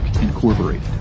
Incorporated